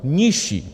Nižší.